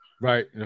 Right